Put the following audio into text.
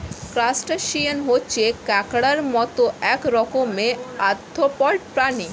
crustacean হচ্ছে কাঁকড়ার মত এক রকমের আর্থ্রোপড প্রাণী